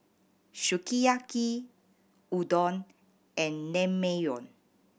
Sukiyaki Udon and Naengmyeon